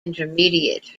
intermediate